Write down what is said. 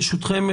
ברשותכם,